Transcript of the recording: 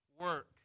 work